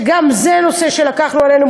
שגם זה נושא שלקחנו עלינו,